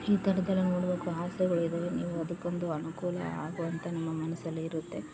ಈ ಥರದ್ ಎಲ್ಲ ನೋಡಬೇಕು ಆಸೆಗಳಿದಾವೆ ನೀವು ಅದ್ಕೊಂದು ಅನುಕೂಲವಾಗುವಂತೆ ನಮ್ಮ ಮನಸಲ್ಲಿ ಇರುತ್ತೆ